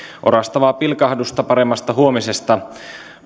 orastavaa pilkahdusta paremmasta huomisesta